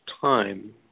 time